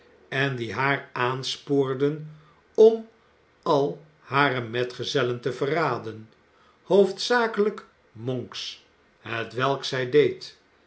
en die haar aanspoorden om al hare metgezellen te verraden hoofdzakelijk monks hetwelk zij deed